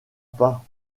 pas